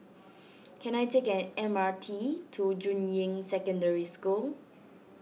can I take an M R T to Juying Secondary School